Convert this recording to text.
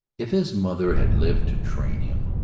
if his mother had lived to train him,